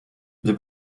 wir